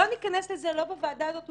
לא ניכנס לזה, אולי לא בוועדה הזאת,